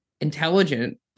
intelligent